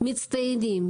מצטיינים,